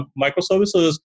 microservices